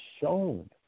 shown